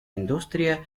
industria